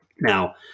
Now